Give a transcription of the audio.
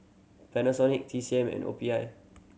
Panasonic T C M and O P I